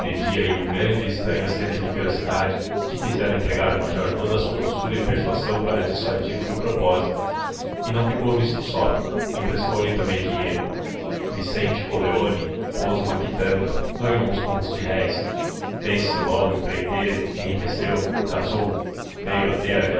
e um grande e estranho acento de ferocidade que fizeram empregar o major toda a sua doçura e persuasão para dissuadi-lo do propósito e não ficou nisto só emprestou lhe também dinheiro vicente coleoni pôs uma quitanda ganhou uns contos de réis fezse logo empreiteiro enriqueceu casou veio a ter aquela